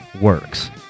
works